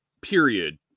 period